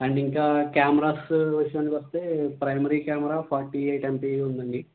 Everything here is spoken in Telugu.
అండ్ ఇంకా కెమెరాసు విషయానికి వస్తే primary camera forty eight MP ఉంది అండి